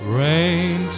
rain